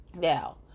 Now